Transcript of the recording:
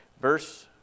Verse